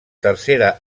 tercera